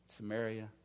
Samaria